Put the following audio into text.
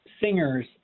singers